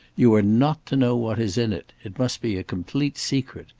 you are not to know what is in it it must be a complete secret.